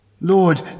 Lord